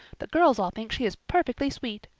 the girls all think she is perfectly sweet.